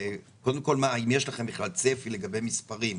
קודם כול, האם יש לכם בכלל צפי לגבי מספרים.